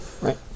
right